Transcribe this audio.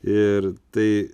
ir tai